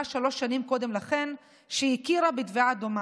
שלוש שנים קודם לכן שהכירה בתביעה דומה.